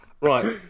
Right